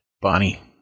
Bonnie